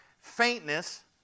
faintness